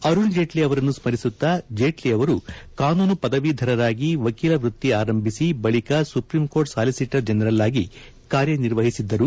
ಅರುಣ್ ಜೇಟ್ಲೆ ಅವರನ್ನು ಸ್ಮರಿಸುತ್ತಾ ಜೇಟ್ಲೆ ಅವರು ಕಾನೂನು ಪದವೀಧರಾಗಿ ವಕೀಲ ವೃತ್ತಿ ಆರಂಭಿಸಿ ಬಳಿಕ ಸುಪ್ರೀಂಕೋರ್ಟ್ ಸಾಲಿಸಿಟರ್ ಜನರಲ್ ಅಗಿ ಕಾರ್ಯನಿರ್ವಹಿಸಿದ್ದರು